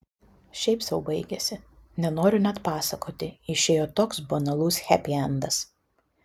šiaip sau baigėsi nenoriu net pasakoti išėjo toks banalus hepiendas